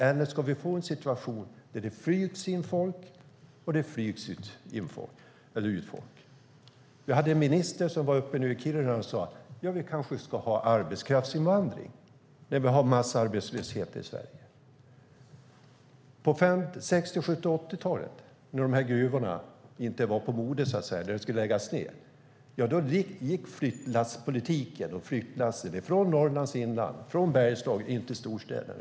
Eller ska vi få en situation där det flygs in och flygs ut folk? Jag hörde en minister som var uppe i Kiruna nu och sade att vi kanske ska ha arbetskraftsinvandring när vi har massarbetslöshet i Sverige. På 60-, 70 och 80-talet, när de här gruvorna inte var på modet och skulle läggas ned, gick flyttlassen från Norrlands inland och Bergslagen in till storstäderna.